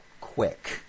quick